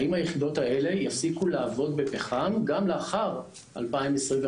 האם היחידות האלה יפסיקו לעבוד בפחם גם לאחר 2025,